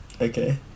Okay